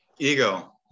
Ego